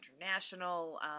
International